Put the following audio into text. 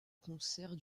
concerts